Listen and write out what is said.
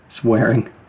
swearing